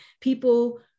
People